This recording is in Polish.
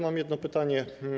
Mam jedno pytanie.